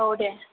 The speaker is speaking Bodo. औ दे